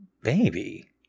Baby